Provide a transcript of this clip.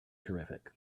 terrific